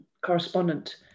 correspondent